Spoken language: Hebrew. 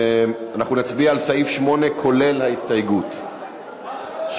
אנחנו נצביע על סעיף 8, כולל ההסתייגות שהתקבלה.